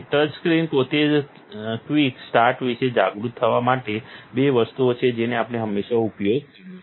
touchscreen પોતે જ quick start વિશે જાગૃત થવા માટે બે વસ્તુઓ છે જેનો આપણે હમણાં જ ઉપયોગ કર્યો છે